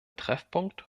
treffpunkt